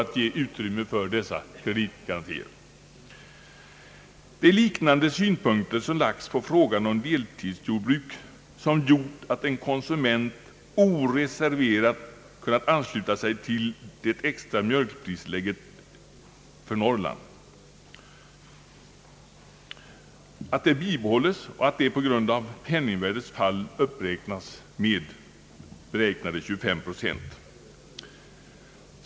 Det är synpunkter liknande dem som lagts på frågan om deltidsjordbruk, som gjort att en konsument oreserverat kunnat ansluta sig till att det extra mjölkpristillägget för Norrland bibehålles och att det på grund av penningvärdets fall uppräknas med 25 procent.